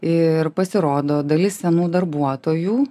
ir pasirodo dalis senų darbuotojų